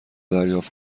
دریافت